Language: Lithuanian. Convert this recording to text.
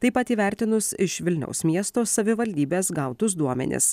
taip pat įvertinus iš vilniaus miesto savivaldybės gautus duomenis